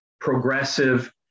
progressive